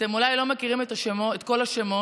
אתם אולי לא מכירים את כל השמות,